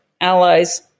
allies